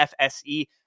FSE